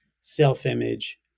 self-image